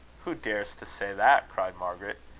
who dares to say that? cried margaret.